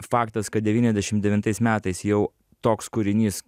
faktas kad devyniasdešim devintais metais jau toks kūrinys